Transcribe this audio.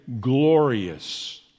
glorious